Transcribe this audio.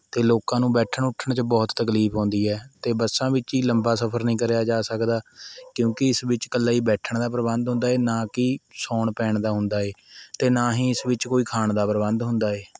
ਅਤੇ ਲੋਕਾਂ ਨੂੰ ਬੈਠਣ ਉੱਠਣ 'ਚ ਬਹੁਤ ਤਕਲੀਫ ਆਉਂਦੀ ਹੈ ਅਤੇ ਬੱਸਾਂ ਵਿੱਚ ਹੀ ਲੰਬਾ ਸਫਰ ਨਹੀਂ ਕਰਿਆ ਜਾ ਸਕਦਾ ਕਿਉਂਕਿ ਇਸ ਵਿੱਚ ਇਕੱਲਾ ਹੀ ਬੈਠਣ ਦਾ ਪ੍ਰਬੰਧ ਹੁੰਦਾ ਏ ਨਾ ਕਿ ਸੌਣ ਪੈਣ ਦਾ ਹੁੰਦਾ ਏ ਅਤੇ ਨਾ ਹੀ ਇਸ ਵਿੱਚ ਕੋਈ ਖਾਣ ਦਾ ਪ੍ਰਬੰਧ ਹੁੰਦਾ ਏ